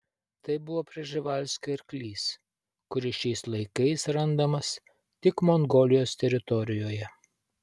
tai buvo prževalskio arklys kuris šiais laikais randamas tik mongolijos teritorijoje